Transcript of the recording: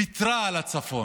היא ויתרה על הצפון.